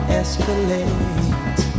escalate